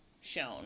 shown